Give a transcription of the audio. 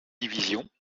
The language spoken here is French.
division